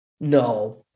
No